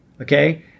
Okay